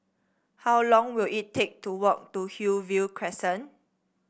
how long will it take to walk to Hillview Crescent